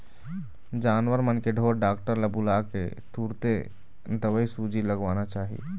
जानवर मन के ढोर डॉक्टर ल बुलाके तुरते दवईसूजी लगवाना चाही